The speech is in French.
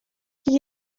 qu’il